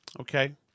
Okay